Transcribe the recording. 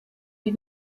die